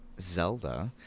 Zelda